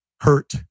hurt